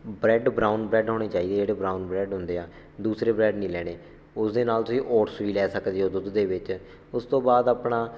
bread brown bread ਹੋਣੇ ਚਾਹੀਦੇ ਹੈ ਜਿਹੜੇ ਬਰਾਊਨ ਬਰੈੱਡ ਹੁੰਦੇ ਹੈ ਦੂਸਰੇ ਬਰੈੱਡ ਨਹੀਂ ਲੈਣੇ ਉਸਦੇ ਨਾਲ ਤੁਸੀਂ ਓਟਸ ਵੀ ਲੈ ਸਕਦੇ ਹੋ ਦੁੱਧ ਦੇ ਵਿੱਚ ਉਸ ਤੋਂ ਬਾਅਦ ਆਪਣਾ